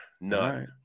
None